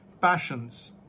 passions